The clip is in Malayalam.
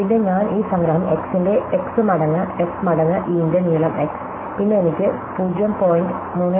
പിന്നെ ഞാൻ ഈ സംഗ്രഹം x ന്റെ x മടങ്ങ് f മടങ്ങ് E ന്റെ നീളം x പിന്നെ എനിക്ക് 0